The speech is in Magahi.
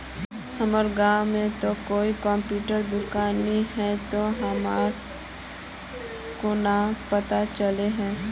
हमर गाँव में ते कोई कंप्यूटर दुकान ने है ते हमरा केना पता चलते है?